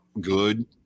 good